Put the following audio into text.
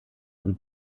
und